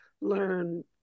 learn